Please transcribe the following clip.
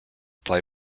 play